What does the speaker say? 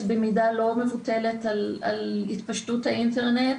במידה לא מבוטלת על התפשטות האינטרנט,